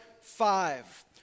Five